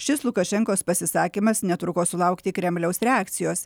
šis lukašenkos pasisakymas netruko sulaukti kremliaus reakcijos